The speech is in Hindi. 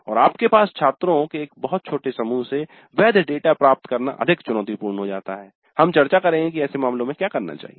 और आपके पास छात्रों के एक बहुत छोटे समूह से वैध डेटा प्राप्त करना अधिक चुनौतीपूर्ण हो जाता है हम चर्चा करेंगे कि ऐसे मामलों में क्या करना चाहिए